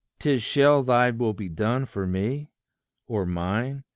tis shall thy will be done for me or mine,